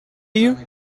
you